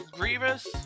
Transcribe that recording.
Grievous